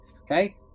okay